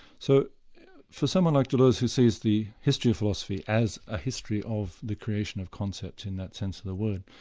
so for someone like deleuze who sees the history of philosophy as a history of a creation of concepts in that sense of the word,